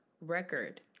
record